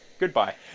Goodbye